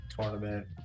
tournament